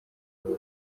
bw’u